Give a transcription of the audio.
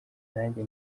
nanjye